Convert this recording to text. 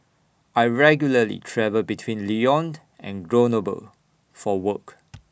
I regularly travel between Lyon and Grenoble for work